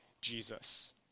Jesus